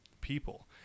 people